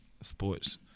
Sports